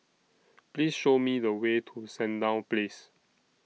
Please Show Me The Way to Sandown Place